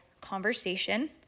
conversation